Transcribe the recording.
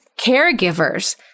caregivers